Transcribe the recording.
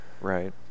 right